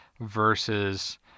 versus